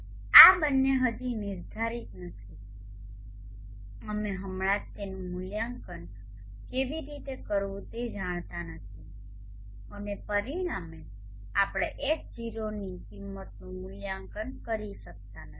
આ બંને હજી નિર્ધારિત નથી અમે હમણાં જ તેનું મૂલ્યાંકન કેવી રીતે કરવું તે જાણતા નથી અને પરિણામે આપણે H0 ની કિંમતનું મૂલ્યાંકન કરી શકતા નથી